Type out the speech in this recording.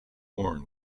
born